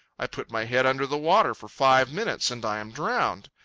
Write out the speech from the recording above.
i put my head under the water for five minutes, and i am drowned.